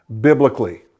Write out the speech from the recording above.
biblically